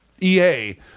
EA